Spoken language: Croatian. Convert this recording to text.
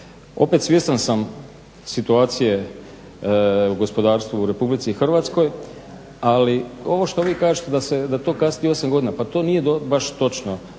opet svjestan sam situacije u gospodarstvu u RH, ali ovo što vi kažete da to kasni 8 godina, pa to nije baš točno